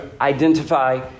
identify